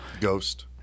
Ghost